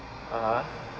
(uh huh)